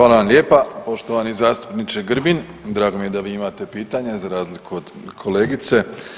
Hvala vam lijepa poštovani zastupniče Grbin, drago mi je da vi imate pitanja za razliku od kolegice.